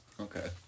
Okay